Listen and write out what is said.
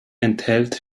enthält